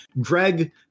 Greg